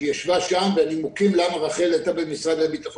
שישבה שם והנימוקים למה היא נמצאת במשרד